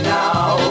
now